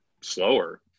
slower